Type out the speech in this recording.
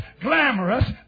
glamorous